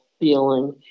feeling